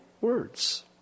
words